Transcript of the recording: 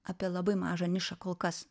apie labai mažą nišą kol kas